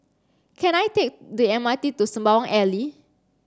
can I take the M R T to Sembawang Alley